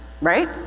right